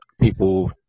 people